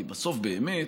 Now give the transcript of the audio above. כי בסוף באמת,